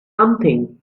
something